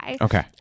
okay